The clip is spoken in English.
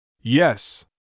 Yes